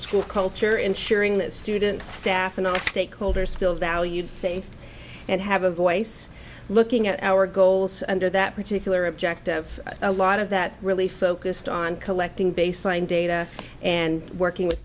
school culture ensuring that students staff and other stakeholders feel valued say and have a voice looking at our goals under that particular object of a lot of that really focused on collecting baseline data and working with